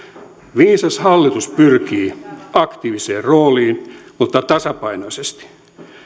viisas hallitus pyrkii aktiiviseen roolin mutta tasapainoisesti